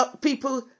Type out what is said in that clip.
people